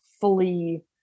fully